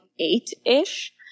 eight-ish